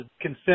consent